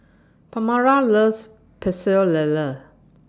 Pamala loves Pecel Lele